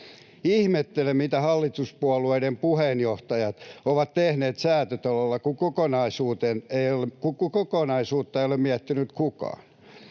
Ihmettelen, mitä hallituspuolueiden puheenjohtajat ovat tehneet Säätytalolla, kun kokonaisuutta ei ole miettinyt kukaan.